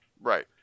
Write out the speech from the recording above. Right